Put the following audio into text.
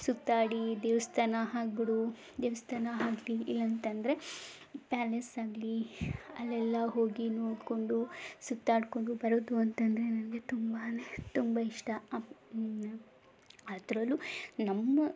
ಸುತ್ತಾಡಿ ದೇವಸ್ಥಾನ ಆಗ್ಬಿಡು ದೇವಸ್ಥಾನ ಆಗ್ಲಿ ಇಲ್ಲ ಅಂತಂದ್ರೆ ಪ್ಯಾಲೇಸ್ ಆಗಲಿ ಅಲ್ಲೆಲ್ಲ ಹೋಗಿ ನೋಡಿಕೊಂಡು ಸುತ್ತಾಡ್ಕೊಂಡು ಬರೋದು ಅಂತ ಅಂದ್ರೆ ನನಗೆ ತುಂಬನೇ ತುಂಬ ಇಷ್ಟ ಅದರಲ್ಲೂ ನಮ್ಮ